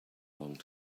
long